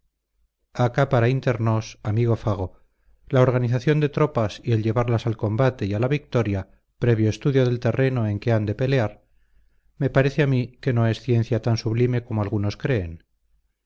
acá para inter nos amigo fago la organización de tropas y el llevarlas al combate y a la victoria previo estudio del terreno en que han de pelear me parece a mí que no es ciencia tan sublime como algunos creen